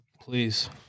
please